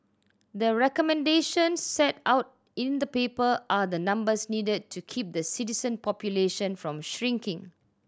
the recommendations set out in the paper are the numbers needed to keep the citizen population from shrinking